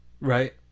right